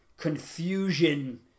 confusion